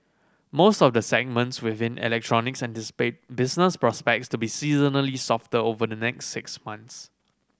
most of the segments within electronics anticipate business prospects to be seasonally softer over the next six months